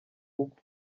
rugo